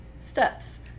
steps